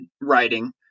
writing